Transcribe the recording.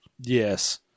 Yes